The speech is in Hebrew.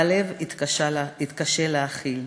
והלב מתקשה להכיל.